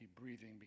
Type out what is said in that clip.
breathing